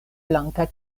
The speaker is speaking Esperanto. blanka